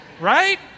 right